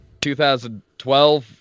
2012